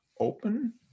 open